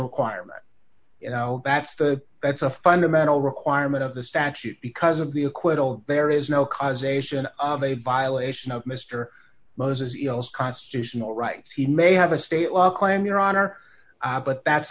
acquirement you know that's the that's a fundamental requirement of the statute because of the acquittal there is no causation of a violation of mr moses constitutional rights he may have a stately claim your honor but that's